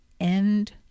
End